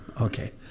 Okay